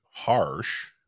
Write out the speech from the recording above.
harsh